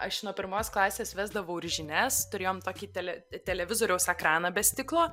aš nuo pirmos klasės vesdavau ir žinias turėjom tokį tele televizoriaus ekraną be stiklo